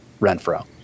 Renfro